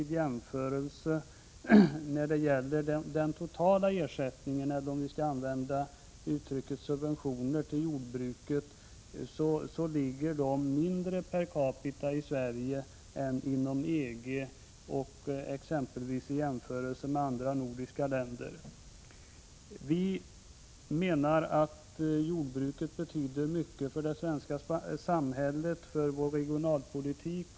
Den totala ersättningen, subventionerna, per capita till jordbruket i Sverige är mindre än den är inom EG och i exempelvis de andra nordiska länderna. Vi menar att jordbruket betyder mycket för det svenska samhället och för vår regionalpolitik.